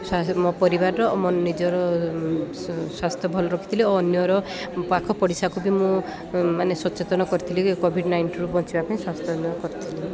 ମୋ ପରିବାରର ଓ ମୋ ନିଜର ସ୍ୱାସ୍ଥ୍ୟ ଭଲ ରଖିଥିଲି ଓ ଅନ୍ୟର ପାଖ ପଡ଼ିଶାକୁ ବି ମୁଁ ମାନେ ସଚେତନ କରିଥିଲି କି କୋଭିଡ଼୍ ନାଇଣ୍ଟିନରୁ ବଞ୍ଚିବା ପାଇଁ ସ୍ୱାସ୍ଥ୍ୟ କରିଥିଲି